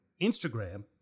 Instagram